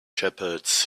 shepherds